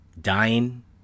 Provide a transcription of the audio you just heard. dying